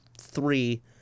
three